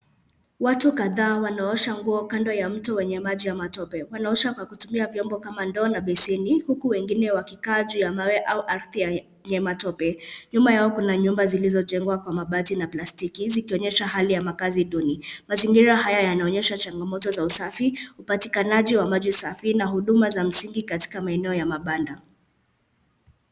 Watu kadhaa wanaosha nguo kando ya mto wenye maji ya matope. Wanaosha kwa kutumia vyombo kama ndoo na besheni huku wengine wakikaa juu ya mawe au ardhi ya matope. Nyuma yao kuna nyumba zilizojengwa kwa mabati na plastiki zikionyesha hali ya makaazi duni. Mazingira haya yanaonyesha changamoto za usafi, upatikanaji wa maji safi na huduma za msingi katika maeneo ya mabanda.